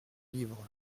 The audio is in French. livres